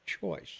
choice